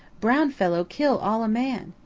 brown fellow kill all a man.